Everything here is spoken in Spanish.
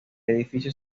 edificio